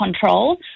control